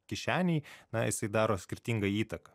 kišenei na jisai daro skirtingą įtaką